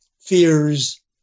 fears